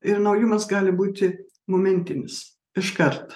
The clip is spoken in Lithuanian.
ir naujumas gali būti momentinis iškart